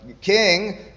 king